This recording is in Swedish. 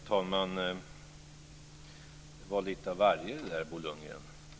Herr talman! Det var lite av varje det där, Bo Lundgren.